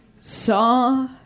saw